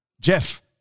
Jeff